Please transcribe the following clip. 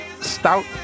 Stout